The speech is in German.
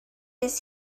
bis